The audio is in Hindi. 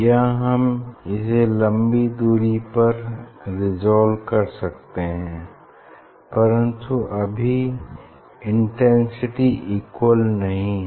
यहाँ हम इसे लम्बी दूरी पर रेसॉल्व कर सकते हैं परन्तु अभी इंटेंसिटी इक्वल नहीं है